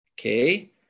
Okay